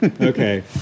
Okay